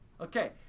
Okay